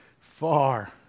far